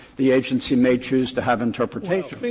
the agency may choose to have interpretations.